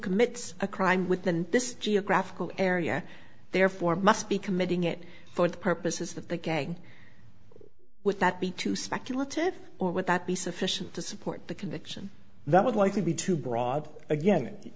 commits a crime within this geographical area therefore must be committing it for the purposes that the gang with that be too speculative or would that be sufficient to support the conviction that would likely be too broad again